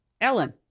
Ellen